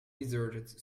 deserted